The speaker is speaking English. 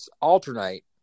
alternate